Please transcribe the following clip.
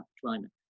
climate